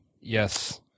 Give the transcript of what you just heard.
yes